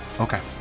okay